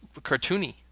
cartoony